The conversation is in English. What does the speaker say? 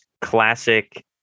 classic